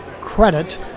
Credit